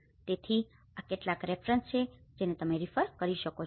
તેથી આ કેટલાક રેફરન્સ છે જેને તમે રીફર કરી શકો છો